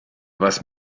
was